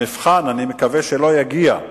אני מקווה שהמבחן לא יגיע,